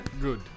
Good